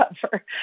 cover